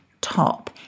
top